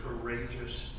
courageous